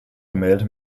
gemälde